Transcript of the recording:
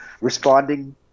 responding